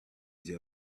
age